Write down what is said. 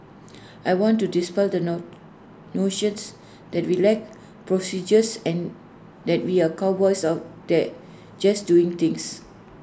I want to dispel the no notions that we lack procedures and that we are cowboys of there just doing things